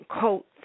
coats